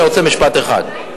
אני רוצה משפט אחד,